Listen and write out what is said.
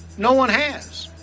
no one has!